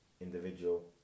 individual